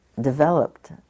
developed